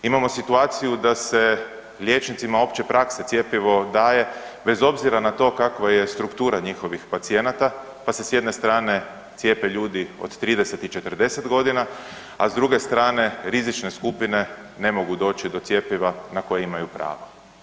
Imamo situaciju da se liječnicima opće prakse cjepivo daje bez obzira na to kakva je struktura njihovih pacijenata pa se s jedne strane cijepe ljudi od 30 i 40 godina, a s druge strane, rizične skupine ne mogu doći do cjepiva na koje imaju pravo.